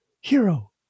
hero